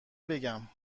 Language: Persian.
بگم